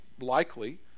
likely